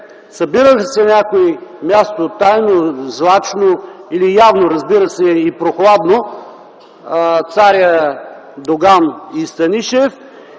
Събираха се на някое място тайно, злачно или явно, разбира се, и прохладно царят, Доган и Станишев